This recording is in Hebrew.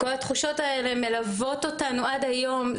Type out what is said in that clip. כל התחושות האלה מלוות אותנו עד היום.